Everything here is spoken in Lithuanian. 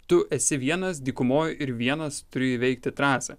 tu esi vienas dykumoj ir vienas turi įveikti trasą